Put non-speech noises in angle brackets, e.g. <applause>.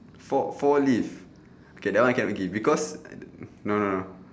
four four leave okay that one cannot give because <noise> no no no